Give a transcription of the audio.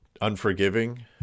unforgiving